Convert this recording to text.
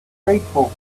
grateful